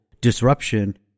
disruption